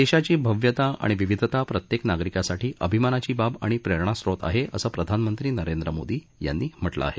देशाची भव्यता आणि विविधता प्रत्येक नागरिकासाठी अभिमानाची बाब आणि प्रेरणास्रोत आहे असं प्रधानमंत्री नरेंद्र मोदी यांनी म्हटलं आहे